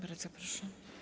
Bardzo proszę.